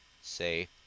say